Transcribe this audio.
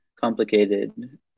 complicated